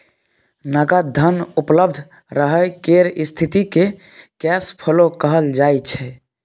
नगद धन उपलब्ध रहय केर स्थिति केँ कैश फ्लो कहल जाइ छै